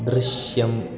ദൃശ്യം